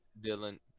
Dylan